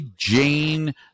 Jane